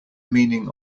meaning